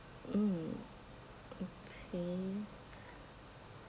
mm okay